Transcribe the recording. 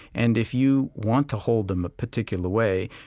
and if you want to hold them a particular way,